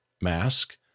mask